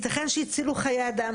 ייתכן שהצילו חיי אדם,